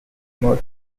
more